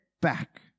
back